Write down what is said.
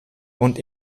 und